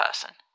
person